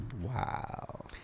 Wow